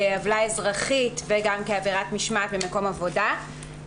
כעוולה אזרחית וגם כעבירת משמעת במקום עבודה.